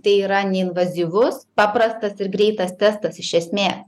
tai yra neinvazyvus paprastas ir greitas testas iš esmės